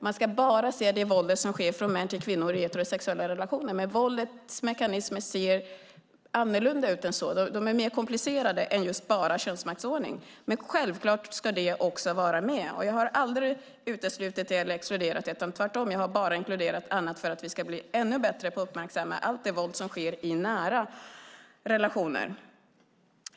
Man ska bara se det våld som utövas av män mot kvinnor i heterosexuella relationer. Våldets mekanismer ser dock annorlunda ut. De är mer komplicerade än att bara handla om könsmaktsordning, men självklart ska också den finnas med. Jag har aldrig exkluderat den. Tvärtom har jag inkluderat även annat för att vi ska bli ännu bättre på att uppmärksamma allt det våld som sker i nära relationer.